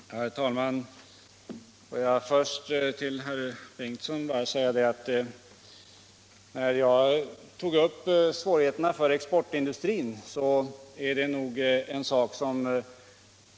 Herr talman! Låt mig först till herr Bengtsson i Varberg säga att det är många som kan vitsorda de svårigheter för exportindustrin som jag tog upp.